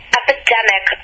epidemic